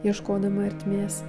ieškodama ertmės